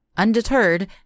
Undeterred